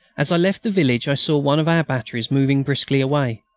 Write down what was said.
as i left the village i saw one of our batteries moving briskly away.